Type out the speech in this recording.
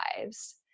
lives